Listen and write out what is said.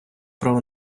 право